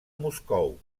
moscou